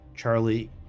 Charlie